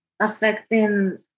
affecting